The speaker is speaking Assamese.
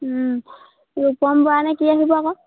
ৰপম বৰা নে কি আহিব আকৌ